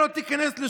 לא מאוחר להתעשת,